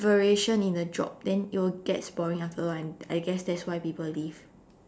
variation in the job then it'll get boring after a while I guess that's why people leave